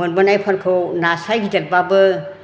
मोनबोनायफोरखौ नास्राय गिदिरबाबो